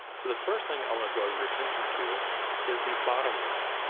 so the first thing i wanna draw your attention to is the bottom row.